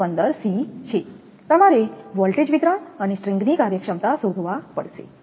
15 C છે તમારે voltage વિતરણ અને સ્ટ્રિંગ ની કાર્યક્ષમતા શોધવા પડશે